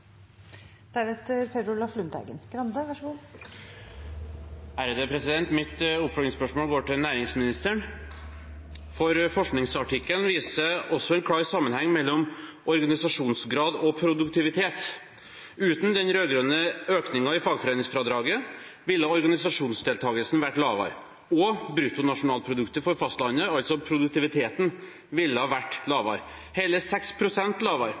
Mitt oppfølgingsspørsmål går til næringsministeren, for forskningsartikkelen viser også en klar sammenheng mellom organisasjonsgrad og produktivitet. Uten de rød-grønnes økning i fagforeningsfradraget ville organisasjonsdeltakelsen vært lavere, og bruttonasjonalproduktet for fastlandet så vel som produktiviteten ville ha vært lavere, hele 6 pst. lavere,